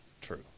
true